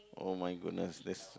oh my goodness this